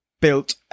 built